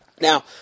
Now